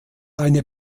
eine